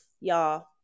Y'all